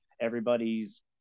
Everybody's